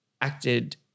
acted